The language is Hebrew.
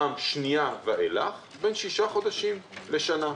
פעם שנייה ואילך, בין שישה חודשים לשנה.